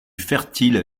fertile